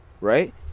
right